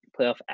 playoff